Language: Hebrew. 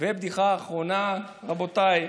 והבדיחה האחרונה, רבותיי: